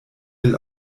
will